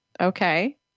Okay